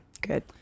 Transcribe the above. Good